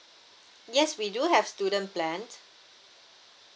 yes we do have student plan